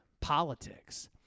politics